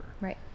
Right